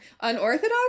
unorthodox